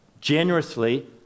generously